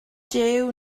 jiw